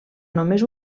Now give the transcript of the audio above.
només